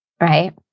right